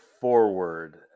forward